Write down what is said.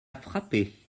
frappés